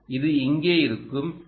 இது இங்கே இருக்கும் 2